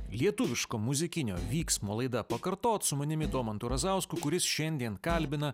lietuviško muzikinio vyksmo laida pakartot su manimi domantu razausku kuris šiandien kalbina